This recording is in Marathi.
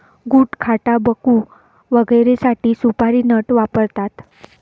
गुटखाटाबकू वगैरेसाठी सुपारी नट वापरतात